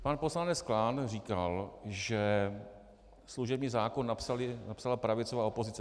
Pan poslanec Klán říkal, že služební zákon napsala pravicová opozice.